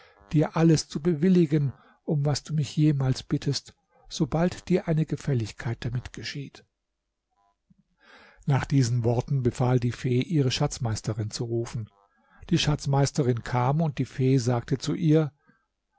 dir alles zu bewilligen um was du mich jemals bittest sobald dir eine gefälligkeit damit geschieht nach diesen worten befahl die fee ihre schatzmeisterin zu rufen die schatzmeisterin kam und die fee sagte zu ihr